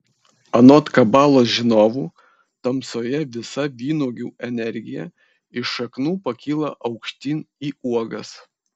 anot kabalos žinovų tamsoje visa vynuogių energija iš šaknų pakyla aukštyn į uogas